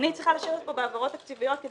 אני צריכה לשבת פה בהעברות תקציביות כדי